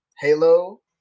Halo